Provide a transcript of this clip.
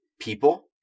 people